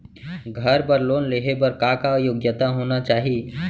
घर बर लोन लेहे बर का का योग्यता होना चाही?